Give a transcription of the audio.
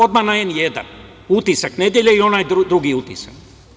Obmana „N1“, „Utisak nedelje“ i onaj drugi utisak.